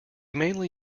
mainly